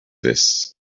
this